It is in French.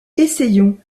essayons